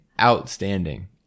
outstanding